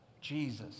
Jesus